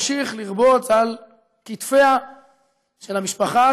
ימשיך לרבוץ על כתפיה של המשפחה,